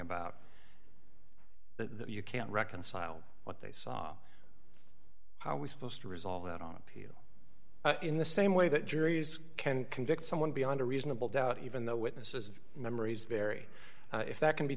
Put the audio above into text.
that you can't reconcile what they saw how are we supposed to resolve that on appeal in the same way that juries can convict someone beyond a reasonable doubt even though witnesses memories vary if that can be